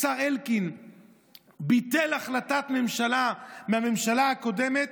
השר אלקין ביטל החלטת ממשלה מהממשלה הקודמת,